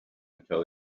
until